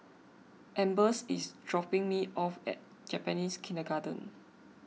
Ambers is dropping me off at Japanese Kindergarten